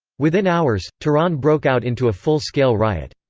within hours, tehran broke out into a full-scale riot.